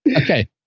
Okay